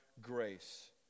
grace